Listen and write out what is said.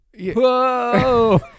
Whoa